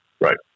Right